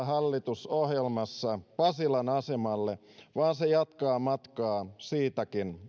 hallitusohjelmassa pasilan asemalle vaan se jatkaa matkaa siitäkin eteenpäin